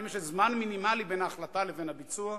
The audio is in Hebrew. האם יש פרק זמן מינימלי בין ההחלטה לבין הביצוע?